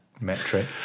metric